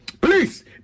Please